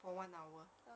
for one hour